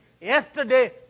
yesterday